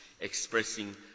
expressing